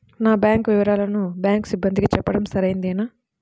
నా బ్యాంకు వివరాలను బ్యాంకు సిబ్బందికి చెప్పడం సరైందేనా?